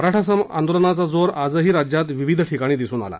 मराठा आंदोलनाचा जोर आजही राज्यात विविध ठिकाणी दिसून आला